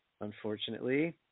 Unfortunately